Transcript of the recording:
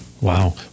Wow